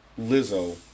Lizzo